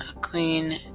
Queen